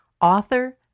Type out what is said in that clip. author